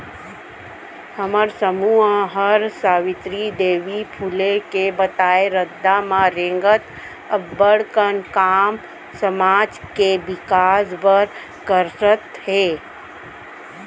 हमर समूह हर सावित्री देवी फूले के बताए रद्दा म रेंगत अब्बड़ कन काम समाज के बिकास बर करत हे